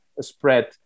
spread